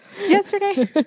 Yesterday